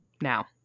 now